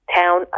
town